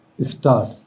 Start